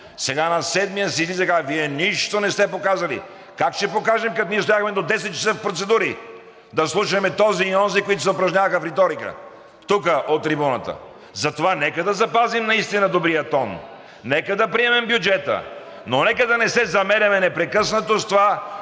сега на седмия – седите така, Вие нищо не сте показали. Как ще покажем, като ние стояхме до 10,00 ч. в процедури да слушаме този и онзи, които се упражняваха в риторика тук, от трибуната. Затова нека да запазим наистина добрия тон, нека да приемем бюджета, но нека да не се замеряме непрекъснато с това